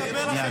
שנייה,